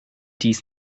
dies